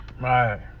Right